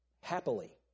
happily